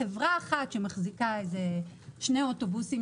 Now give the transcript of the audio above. יש חברה אחת שמחזיקה שני אוטובוסים